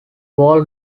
wall